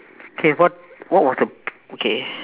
okay what what was the okay